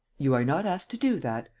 you are not asked to do that.